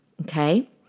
Okay